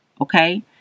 Okay